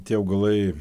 tie augalai